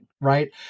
Right